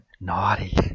Naughty